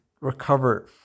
recover